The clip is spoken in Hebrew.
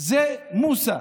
זה מוסא